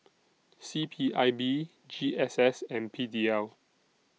C P I B G S S and P D L